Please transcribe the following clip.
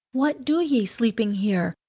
what do ye, sleeping here?